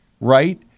right